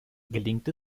gelingt